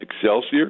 Excelsior